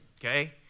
Okay